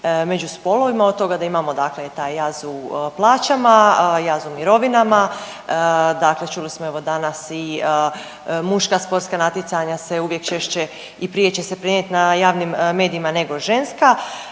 među spolovima od toga da imamo taj jaz u plaćama, jaz u mirovinama dakle čuli smo evo danas i muška sportska natjecanja se uvijek češće i prije će se prenijet na javnim medijima nego ženska.